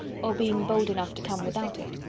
or being bold enough to come without it.